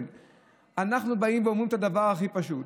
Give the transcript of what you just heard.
אנחנו אומרים את הדבר הכי פשוט: